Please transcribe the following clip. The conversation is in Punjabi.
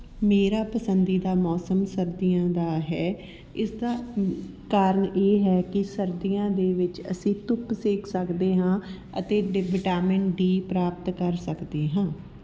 ਮੇਰਾ ਪਸੰਦੀਦਾ ਮੌਸਮ ਸਰਦੀਆਂ ਦਾ ਹੈ ਇਸਦਾ ਕਾਰਨ ਇਹ ਹੈ ਕਿ ਸਰਦੀਆਂ ਦੇ ਵਿੱਚ ਅਸੀਂ ਧੁੱਪ ਸੇਕ ਸਕਦੇ ਹਾਂ ਅਤੇ ਡ ਵਿਟਾਮਿਨ ਡੀ ਪ੍ਰਾਪਤ ਕਰ ਸਕਦੇ ਹਾਂ